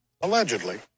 Allegedly